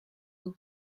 will